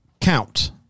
count